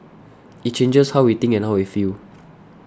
it changes how we think and how we feel